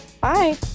Bye